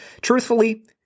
Truthfully